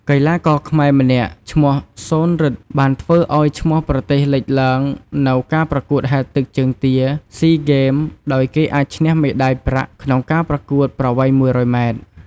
កីឡាករខ្មែរម្នាក់ឈ្មោះ ស៊ន រិទ្ធិ បានធ្វើឱ្យឈ្មោះប្រទេសលេចឡើងនៅការប្រកួតហែលទឹកជើងទា SEA Games ដោយគេអាចឈ្នះមេដាយប្រាក់ក្នុងការប្រកួតប្រវែង ១០០ម៉ែត្រ។